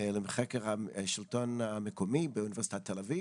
לחקר השלטון המקומי באוניברסיטת תל אביב,